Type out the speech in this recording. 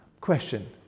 Question